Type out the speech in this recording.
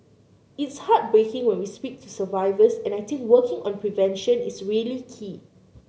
it's heartbreaking when we speak to survivors and I think working on prevention is really key